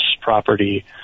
property